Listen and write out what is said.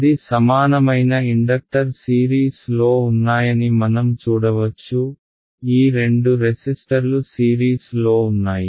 ఇది సమానమైన inductor series లో ఉన్నాయని మనం చూడవచ్చు ఈ రెండు రెసిస్టర్లు సీరీస్ లో ఉన్నాయి